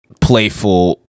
playful